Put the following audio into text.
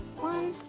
one,